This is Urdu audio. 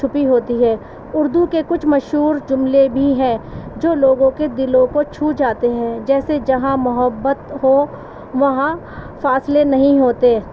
چھپی ہوتی ہے اردو کے کچھ مشہور جملے بھی ہیں جو لوگوں کے دلوں کو چھو جاتے ہیں جیسے جہاں محبت ہو وہاں فاصلے نہیں ہوتے